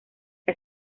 que